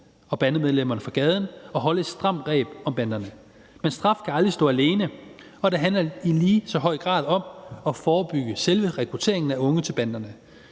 og bandemedlemmerne fra gaden og holde et stramt greb om banderne. Men straf kan aldrig stå alene, og det handler i lige så høj grad om at forebygge selve rekrutteringen af unge til banderne.